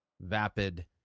vapid